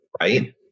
Right